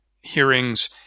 hearings